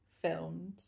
filmed